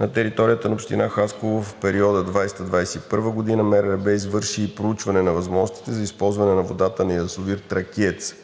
на територията на община Хасково, в периода 2020 – 2021 г. МРРБ извърши и проучване на възможностите за използване на водата на язовир „Тракиец“